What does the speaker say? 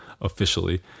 officially